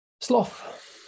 sloth